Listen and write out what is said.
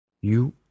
You